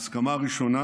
ההסכמה הראשונה